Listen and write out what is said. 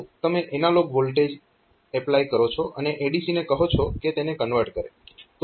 તો તમે analogue voltage apply કરો છો અને ADC ને કહો છો કે તેને કન્વર્ટ કરે